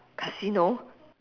casino